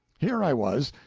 here i was,